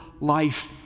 life